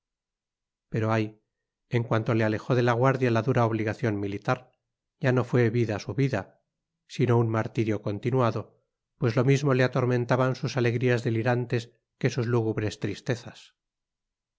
pero ay en cuanto le alejó de la guardia la dura obligación militar ya no fue vida su vida sino un martirio continuado pues lo mismo le atormentaban sus alegrías delirantes que sus lúgubres tristezas